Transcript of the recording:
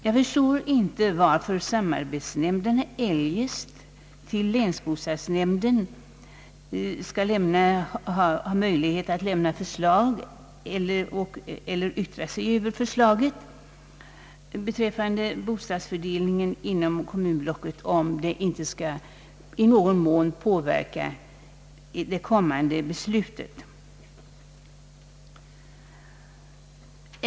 Jag förstår inte varför samarbetsnämnderna eljest skall ha möjlighet att till länsbostadsnämnden lämna förslag eller yttra sig över förslag beträffande bostadsfördelningen inom kommunblocket, om det inte skulle i någon mån påverka det kommande beslutet.